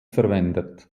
verwendet